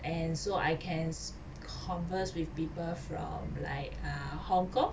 and so I can converse with people from like err Hong-Kong